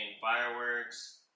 Fireworks